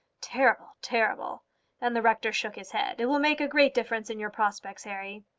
terrible terrible and the rector shook his head. it will make a great difference in your prospects, harry.